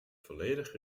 volledig